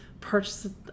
purchases